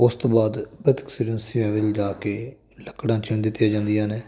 ਉਸ ਤੋਂ ਬਾਅਦ ਮ੍ਰਿਤਕ ਸਰੀਰ ਨੂੰ ਸਿਵਿਆਂ ਵਿੱਚ ਲਿਜਾ ਕੇ ਲੱਕੜਾਂ ਚਿਣ ਦਿੱਤੀਆਂ ਜਾਂਦੀਆਂ ਨੇ